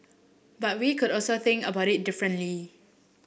but we could also think about it differently